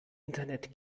internet